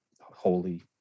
holy